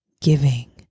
giving